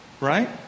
right